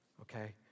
Okay